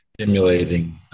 stimulating